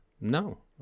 No